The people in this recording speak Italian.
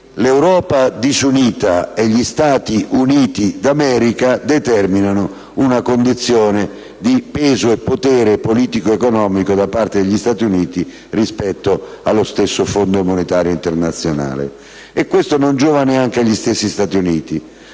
l'Europa disunita e gli Stati Uniti d'America determinano una condizione di peso e potere politico economico da parte degli Stati Uniti rispetto allo stesso Fondo monetario internazionale. E questo non giova neanche agli stessi Stati